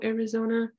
Arizona